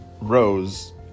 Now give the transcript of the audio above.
rose